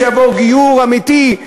יהודי שיעבור גיור אמיתי,